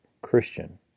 Christian